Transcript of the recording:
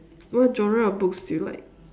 what genre of books do you like